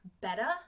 better